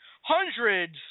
Hundreds